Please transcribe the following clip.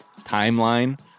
timeline